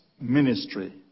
ministry